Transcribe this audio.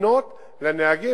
לפנות לנהגים,